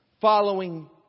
following